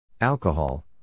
Alcohol